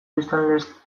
biztanlez